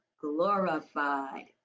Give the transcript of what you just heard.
glorified